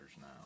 now